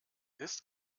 ist